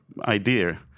idea